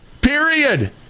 period